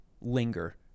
linger